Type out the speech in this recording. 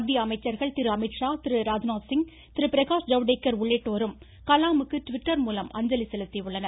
மத்திய அமைச்சர்கள் திரு அமீத்ஷா திரு ராஜ்நாத் சிங் திரு பிரகாஷ் ஜவ்டேகர் உள்ளிட்டோரும் கலாமுக்கு ட்விட்டர் மூலம் அஞ்சலி செலுத்தியுள்ளனர்